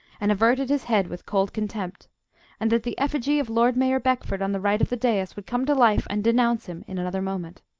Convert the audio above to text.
and averted his head with cold contempt and that the effigy of lord mayor beckford on the right of the dais would come to life and denounce him in another moment.